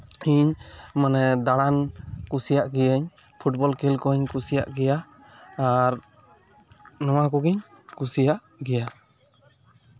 ᱤᱧ ᱢᱟᱱᱮ ᱫᱟᱬᱟᱱ ᱠᱩᱥᱤᱭᱟᱜ ᱜᱤᱭᱟᱹᱧ ᱯᱷᱩᱴᱵᱚᱞ ᱠᱷᱮᱹᱞ ᱠᱚᱦᱚᱸᱧ ᱠᱩᱥᱤᱭᱟᱜ ᱜᱮᱭᱟ ᱟᱨ ᱱᱚᱣᱟ ᱠᱚᱜᱮᱧ ᱠᱩᱥᱤᱭᱟᱜ ᱜᱮᱭᱟ